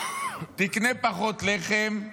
תקנה פחות לחם,